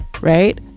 Right